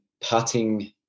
putting